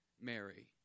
Mary